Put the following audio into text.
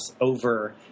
over